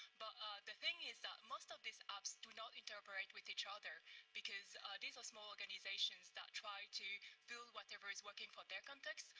but the thing is that most of these apps do not interoperate with each other because these are small organizations that try to build whatever is working for their context.